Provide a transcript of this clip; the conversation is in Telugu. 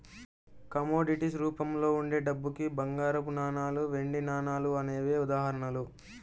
కమోడిటీస్ రూపంలో ఉండే డబ్బుకి బంగారపు నాణాలు, వెండి నాణాలు అనేవే ఉదాహరణలు